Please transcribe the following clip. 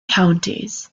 counties